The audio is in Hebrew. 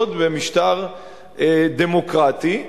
יסוד במשטר דמוקרטי.